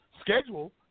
schedule